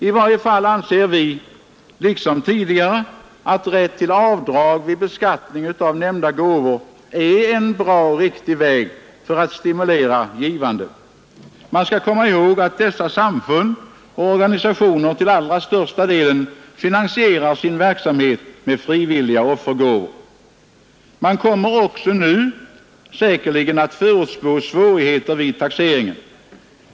I varje fall anser vi liksom tidigare att rätt till avdrag vid beskattning av nämnda gåvor är en bra och riktig väg att stimulera givandet. Man skall komma ihåg att dessa samfund och organisationer till allra största delen finansierar sin verksamhet med frivilliga offergåvor. Man kommer säkerligen också nu att förutspå svårigheter vid taxeringen.